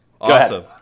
Awesome